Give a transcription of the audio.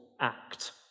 act